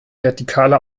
vertikale